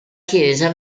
chiesa